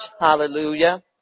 Hallelujah